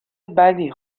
بدی